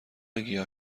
گیاه